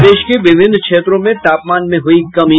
प्रदेश के विभिन्न क्षेत्रों में तापमान में हुयी कमी